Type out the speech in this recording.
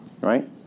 right